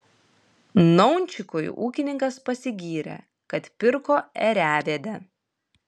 naunčikui ūkininkas pasigyrė kad pirko ėriavedę